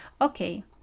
Okay